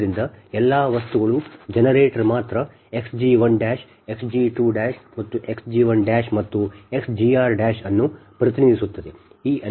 ಆದ್ದರಿಂದ ಎಲ್ಲಾ ವಸ್ತುಗಳು ಜನರೇಟರ್ ಮಾತ್ರ xg1xg2 ಮತ್ತು xgn ಮತ್ತು xgr ಅನ್ನು ಪ್ರತಿನಿಧಿಸುತ್ತವೆ